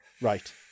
Right